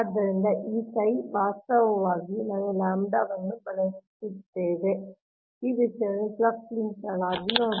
ಆದ್ದರಿಂದ ಈ ವಾಸ್ತವವಾಗಿ ನಾವು ಲ್ಯಾಂಬ್ಡಾವನ್ನು ಬಳಸುತ್ತೇವೆ ಈ ವಿಷಯವನ್ನು ಫ್ಲಕ್ಸ್ ಲಿಂಕ್ಗಳಾಗಿ ನೋಡಿ